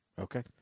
Okay